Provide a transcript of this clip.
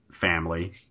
family